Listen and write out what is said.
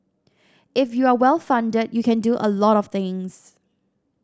if you are well funded you can do a lot of things